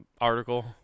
article